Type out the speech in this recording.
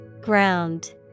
Ground